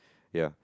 ya